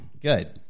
good